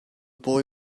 boy